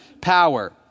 power